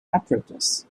apparatus